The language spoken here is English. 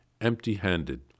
empty-handed